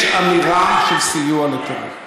יש אמירה של סיוע לטרור.